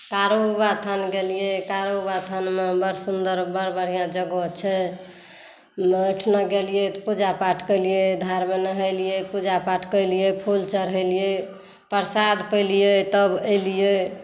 कारूबाबा स्थान गेलिए कारूबाबा स्थानमे बड़ सुन्दर बड़ बढ़िआँ जगह छै मठमे गेलिए तऽ पूजा पाठ केलिए धारमे नहेलिए पूजा पाठ के लिए फूल चढ़ेलिए प्रसाद पेलिए तब एलिए